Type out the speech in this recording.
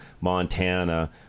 Montana